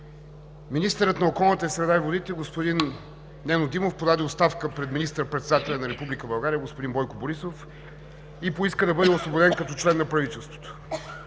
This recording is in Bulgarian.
Министърът на околната среда и водите господин Нено Димов подаде оставка пред министър-председателя на Република България господин Бойко Борисов и поиска да бъде освободен като член на правителството.